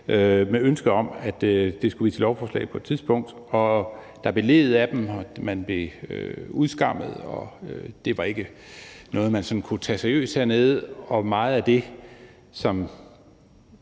med ønske om, at de skulle blive til lovforslag på et tidspunkt. Der blev leet af dem, de blev udskammet, og det var ikke noget, man sådan kunne tage seriøst hernede. Men meget af det, som